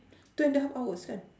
two and the half hours kan